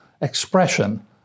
expression